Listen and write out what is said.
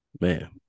man